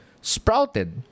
sprouted